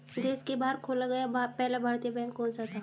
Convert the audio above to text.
देश के बाहर खोला गया पहला भारतीय बैंक कौन सा था?